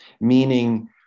meaning